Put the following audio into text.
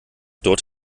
dort